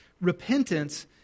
Repentance